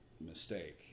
mistake